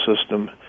system